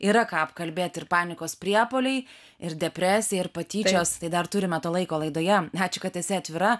yra ką apkalbėti ir panikos priepuoliai ir depresija ir patyčios tai dar turime to laiko laidoje ačiū kad esi atvira